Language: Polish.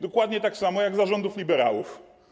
Dokładnie tak samo jak za rządów liberałów.